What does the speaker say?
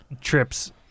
trips